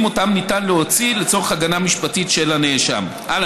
שאותם ניתן להוציא לצורך הגנה משפטית על הנאשם.